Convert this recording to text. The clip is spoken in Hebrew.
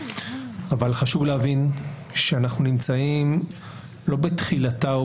אבל חשוב להבין שאנחנו נמצאים לא בתחילתה או